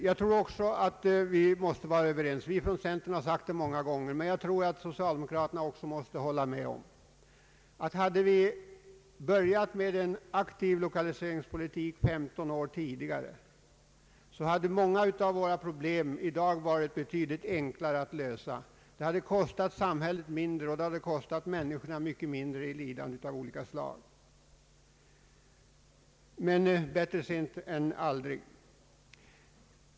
Socialdemokraterna får nog lov att hålla med om det vi från centerpartiet har sagt många gånger att flera av dagens problem hade varit betydligt enklare att lösa om vi hade börjat med en aktiv lokaliseringspolitik 15 år tidigare. Det hade kostat samhället mindre och besparat människorna lidanden av många olika slag — men bättre sent än aldrig.